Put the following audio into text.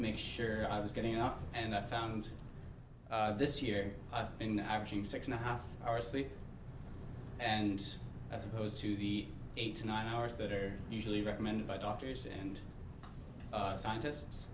make sure i was getting off and i found this year i've been averaging six and a half hours sleep and as opposed to the eight to nine hours that are usually recommended by doctors and scientists